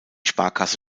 sparkasse